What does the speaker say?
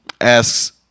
asks